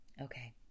Okay